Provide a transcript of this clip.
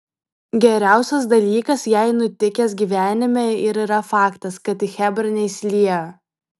geriausias dalykas jai nutikęs gyvenime ir yra faktas kad į chebrą neįsiliejo